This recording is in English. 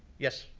yes,